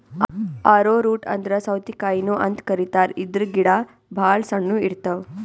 ಆರೊ root ಅಂದ್ರ ಸೌತಿಕಾಯಿನು ಅಂತ್ ಕರಿತಾರ್ ಇದ್ರ್ ಗಿಡ ಭಾಳ್ ಸಣ್ಣು ಇರ್ತವ್